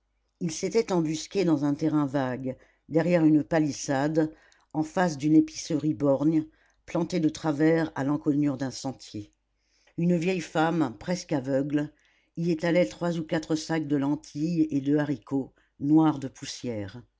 il s'était embusqué dans un terrain vague derrière une palissade en face d'une épicerie borgne plantée de travers à l'encoignure d'un sentier une vieille femme presque aveugle y étalait trois ou quatre sacs de lentilles et de haricots noirs de poussière